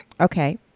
Okay